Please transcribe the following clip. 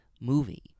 movie